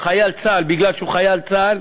חייל צה"ל בגלל שהוא חייל צה"ל